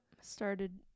Started